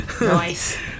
Nice